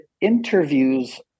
interviews